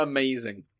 Amazing